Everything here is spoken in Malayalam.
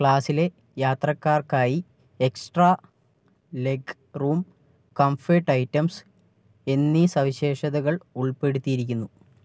ക്ലാസിലെ യാത്രക്കാർക്കായി extra leg room comfort items എന്നീ സവിശേഷതകൾ ഉൾപ്പെടുത്തിയിരിക്കുന്നു